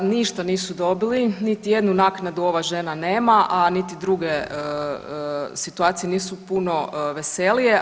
Ništa nisu dobili niti jednu naknadu ova žena nema, a niti druge situacije nisu puno veselije.